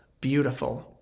beautiful